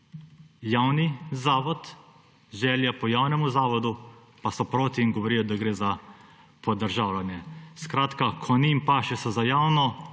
pred nami želja po javnemu zavodu, pa so proti in govorijo, da gre za podržavljanje. Skratka, ko njim paše, so za javno,